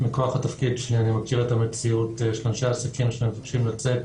מכוח התפקיד שלי אני מכיר את המציאות של אנשי עסקים שמבקשים לצאת